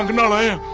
and mehla